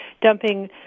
dumping